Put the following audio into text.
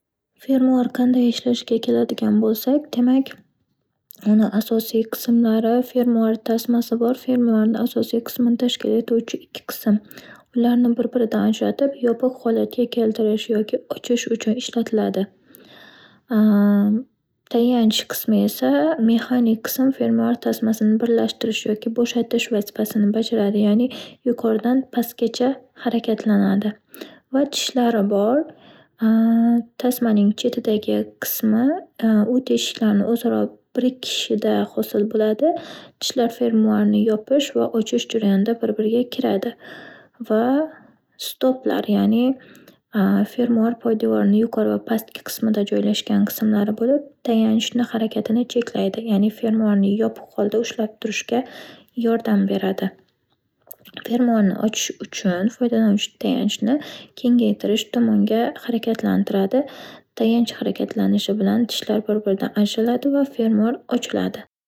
Fermoar qanday ishlashiga keladigan bo'lsak, demak, uni asosiy qismlari - fermoar tasmasi bor. Fermoarni asosini tashkil etuvchi ikki qism ularni bir biridan ajratib yopiq holatga keltirish yoki ochish uchun ishlatiladi. Tayanch qismi esa mexanik qism fermoar tasmasini birlashtirish yoki bo'shatish vazifasini bajaradi ya'ni yuqoridan pastgacha harakatlanadi va tishlari bor. Tasmaning chetidagi qismi u teshiklarni o'zaro birikishida hosil bo'ladi. Tishlar fermoarni yopish va ochish jarayonida bir-biriga kiradi va stoplar ya'ni fermoar poydevorini yuqori va pastki qismida joylashgan qismlari bo'lib, tayanchni harakatini cheklaydi, ya'ni fermoarni yopiq holda ushlab turishga yordam beradi. Fermaorni ochish uchun foydalanuvchu tayanchni kengaytirish tomonga harakatlantiradi, tayanch harakatlanishi bilan tishlar bir-biridan ajraladi va fermoar ochiladi.